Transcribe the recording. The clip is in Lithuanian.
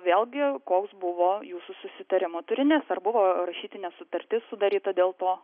vėlgi koks buvo jūsų susitarimo turinys ar buvo rašytinė sutartis sudaryta dėl to